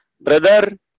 Brother